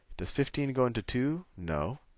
does fifteen go into two? no.